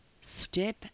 Step